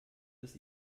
des